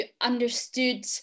understood